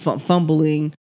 fumbling